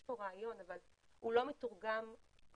יש רעיון אבל הוא לא מתורגם לסוגים.